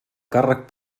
càrrec